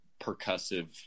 percussive